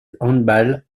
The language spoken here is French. handball